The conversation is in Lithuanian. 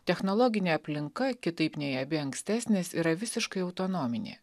technologinė aplinka kitaip nei abi ankstesnės yra visiškai autonominė